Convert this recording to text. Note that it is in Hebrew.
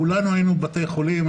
כולנו היינו בבתי חולים,